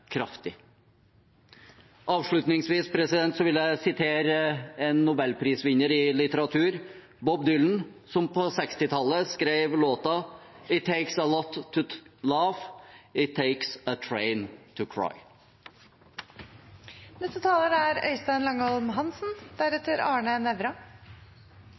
kraftig? Avslutningsvis vil jeg sitere en nobelprisvinner i litteratur, Bob Dylan, som på 1960-tallet skrev låta «It takes a lot to laugh, it takes a